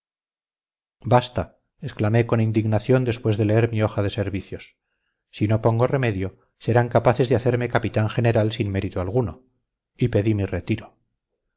basta exclamé con indignación después de leer mi hoja de servicios si no pongo remedio serán capaces de hacerme capitán general sin mérito alguno y pedí mi retiro